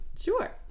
sure